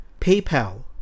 PayPal